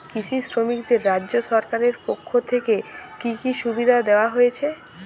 কৃষি শ্রমিকদের রাজ্য সরকারের পক্ষ থেকে কি কি সুবিধা দেওয়া হয়েছে?